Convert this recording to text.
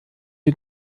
den